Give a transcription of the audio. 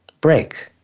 break